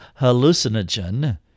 hallucinogen